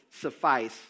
suffice